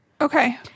Okay